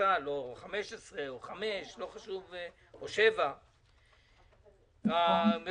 15,000 או 5,000 או 7,000 שקל,